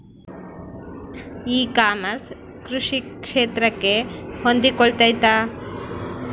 E commerce ಕೃಷಿ ಕ್ಷೇತ್ರಕ್ಕೆ ಹೊಂದಿಕೊಳ್ತೈತಾ?